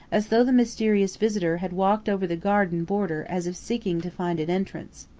as though the mysterious visitor had walked over the garden border as if seeking to find an entrance.